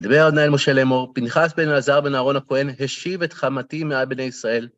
דברי ה' אל משה לאמור, פנחס בן אלעזר בן אהרון הכהן השיב את חמתי מעל בני ישראל.